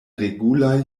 regulaj